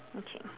okay